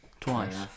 Twice